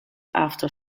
after